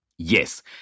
Yes